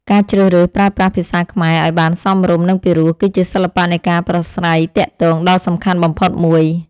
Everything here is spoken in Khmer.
ការជ្រើសរើសប្រើប្រាស់ភាសាខ្មែរឱ្យបានសមរម្យនិងពិរោះគឺជាសិល្បៈនៃការប្រាស្រ័យទាក់ទងដ៏សំខាន់បំផុតមួយ។